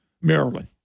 Maryland